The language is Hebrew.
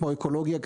כמו אקולוגיה,